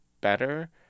better